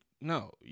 no